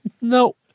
No